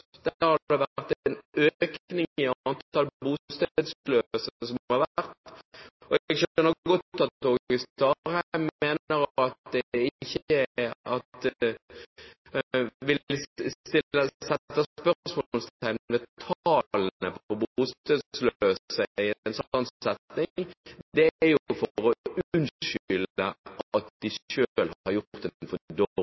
Der har det vært en økning i antall bostedsløse. Jeg skjønner godt at Åge Starheim ikke setter spørsmålstegn ved tallene på bostedsløse i en sånn setting; det er jo for å unnskylde at de